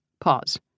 Pause